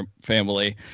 family